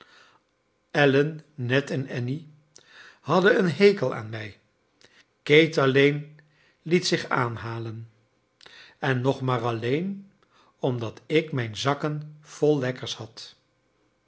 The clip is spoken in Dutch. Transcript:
allen ned en annie hadden een hekel aan mij kate alleen liet zich aanhalen en nog maar alleen omdat ik mijn zakken vol lekkers had